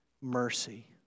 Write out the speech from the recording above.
mercy